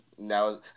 Now